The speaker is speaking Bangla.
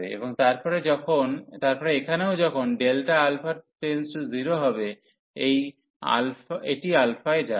এবং তারপরে এখানেও যখন Δα → 0 হবে এটি α এ যাবে